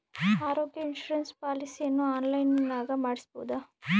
ಆರೋಗ್ಯ ಇನ್ಸುರೆನ್ಸ್ ಪಾಲಿಸಿಯನ್ನು ಆನ್ಲೈನಿನಾಗ ಮಾಡಿಸ್ಬೋದ?